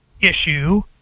issue